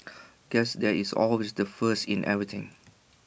guess there is always the first in everything